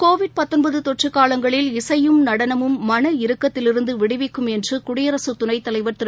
Covid தொற்று காலங்களில் இசையும் நடனமும் மன இறுக்கத்திலிருந்து விடுவிக்கும் என்று குடியரசுத் துணைத்தலைவர் திரு